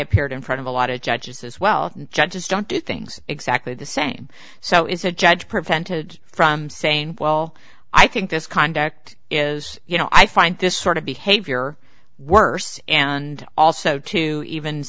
appeared in front of a lot of judges as well just don't do things exactly the same so it's a judge prevented from saying well i think this conduct is you know i find this sort of behavior worse and also to even